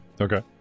okay